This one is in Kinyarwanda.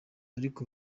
ariko